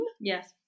yes